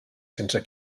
sense